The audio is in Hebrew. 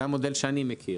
זה המודל שאני מכיר.